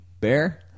Bear